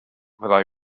fyddai